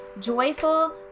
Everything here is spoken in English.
joyful